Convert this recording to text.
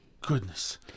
goodness